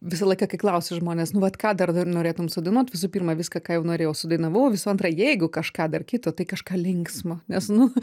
visą laiką kai klausia žmonės nu vat ką dar norėtum sudainuot visų pirma viską ką jau norėjau sudainavau visų antra jeigu kažką dar kito tai kažką linksmo nes nu